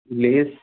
lace